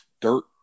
dirt